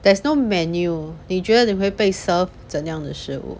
there's no menu 你觉得你会被 serve 怎样的食物